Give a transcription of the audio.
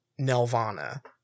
nelvana